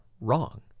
wrong